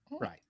right